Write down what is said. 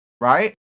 right